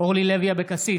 אורלי לוי אבקסיס,